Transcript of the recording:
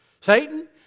Satan